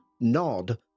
nod